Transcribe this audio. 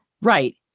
Right